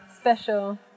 special